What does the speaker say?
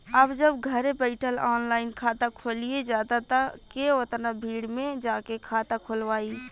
अब जब घरे बइठल ऑनलाइन खाता खुलिये जाता त के ओतना भीड़ में जाके खाता खोलवाइ